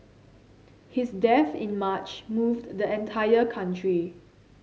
his death in March moved the entire country